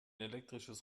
elektrisches